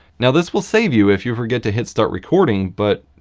now this will save you if you forget to hit start recording but